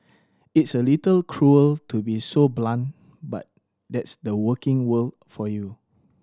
it's a little cruel to be so blunt but that's the working world for you